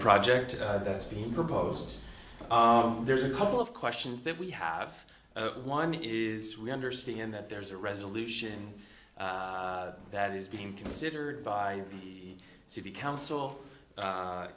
project that's being proposed there's a couple of questions that we have one is we understand that there's a resolution that is being considered by the city council